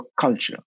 culture